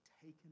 taken